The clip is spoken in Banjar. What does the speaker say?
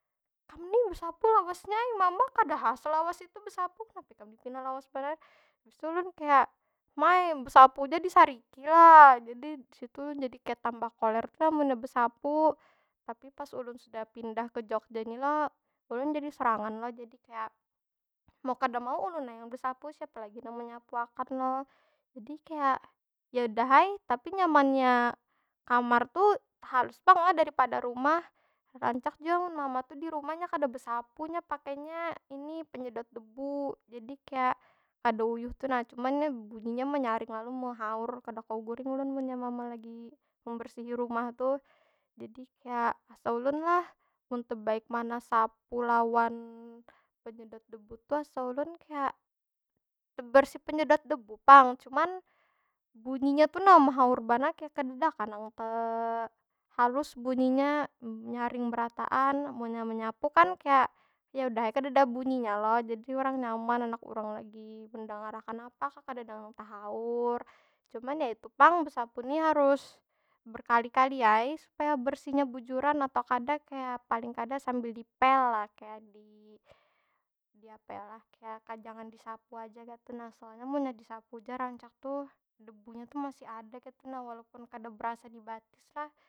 Kam nih, besapu lawasnya ai. Mama kada ha selawas itu besapu, kenapa ikam ni pina lawas banar. Habis tu ulun kaya, ma ai besapu ja disariki lah? Jadi di situ, jadi kaya tambah koler tu nah munnya besapu. Tapi pas ulun sudah pindah ke jogja ni lo, ulun jadi sorangan lo. Jadi kaya, mau kada mau ulun ai yang besapu. Siapa lagi nang menyapuakan lo? Jadi kaya, yaudah ai. Tapi nyamannya kamar tu halus pang lah daripada rumah. Rancak jua mun mama tu di rumah, nya kada besapu, nya pakainya ini, penyedot debu. Jadi kaya, kada uyuh tu nah. Cuma nya bunyinya ma nyaring lalu, mehaur. Kada kawa guring ulun munnya mama lagi membersihi rumah tuh. Jadi kaya, asa ulun lah tebaik mana sapu lawan penyedot debu tu, asa ulun kaya, tebersih penyedot debu pang. Cuman bunyinya tu nah kaya mehaur banar. Kaya kadeda kah nang tehalus bunyinya? Nyaring berataan. Munnya menyapu kan kaya, yaudah ai kadeda bunyinya lo. Jadi urang nyaman, handak urang lagi mendengar akan apa kah, kadeda nang tahaur. Cuman ya itu pang, besapu ni harus berkali- kali ai supaya bersihnya bujuran. Atau kada kaya paling kada sambil dipel lah. Kaya di- di apa yo lah? Kaya ka jangan disapu aja kaytu nah. Soalnya munnya disapu ja rancak tuh, debunya tu masih ada kaytu nah. Walaupun kada berasa di batis lah.